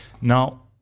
Now